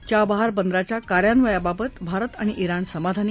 Chabahar बंदराच्या कार्यान्वयनाबाबत भारत आणि इराण समाधानी